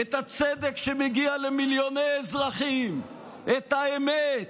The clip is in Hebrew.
את הצדק שמגיע למיליוני אזרחים, את האמת?